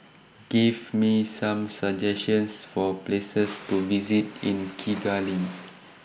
Give Me Some suggestions For Places to visit in Kigali